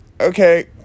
okay